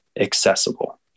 accessible